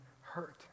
hurt